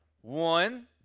One